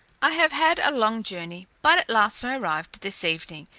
i have had a long journey, but at last i arrived this evening,